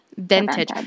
Vintage